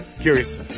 Curious